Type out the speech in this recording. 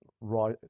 right